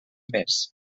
més